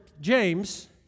James